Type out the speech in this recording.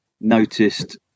noticed